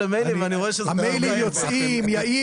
המיילים יוצאים יאיר,